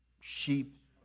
sheep